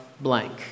blank